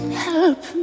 help